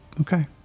okay